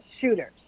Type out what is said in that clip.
shooters